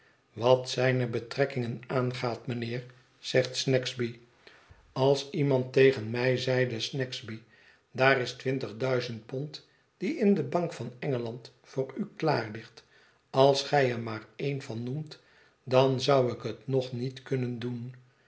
wat zijne betrekkingen aangaat mijnheer zegt snagsby als iemand tegen mij zeide snagsby daar is twintig duizend pond die in de bank van engeland voor u klaar ligt als gij er maar een van noemt dan zou ik het nog niet kunnen doen